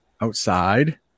outside